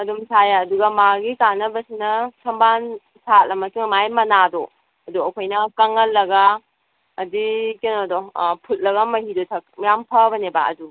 ꯑꯗꯨꯝ ꯊꯥ ꯌꯥꯏ ꯑꯗꯨꯒ ꯃꯥꯒꯤ ꯀꯥꯟꯅꯕꯁꯤꯅ ꯊꯝꯕꯥꯜ ꯁꯥꯠꯂ ꯃꯇꯨꯡ ꯃꯥꯏ ꯃꯅꯥꯗꯣ ꯑꯗꯨ ꯑꯩꯈꯣꯏꯅ ꯀꯪꯍꯜꯂꯒ ꯑꯗꯨꯏ ꯀꯩꯅꯣꯗꯣ ꯐꯨꯠꯂꯒ ꯃꯍꯤꯗꯨ ꯊꯛ ꯌꯥꯝ ꯐꯕꯅꯦꯕ ꯑꯗꯨ